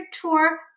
tour